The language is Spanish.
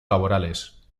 laborales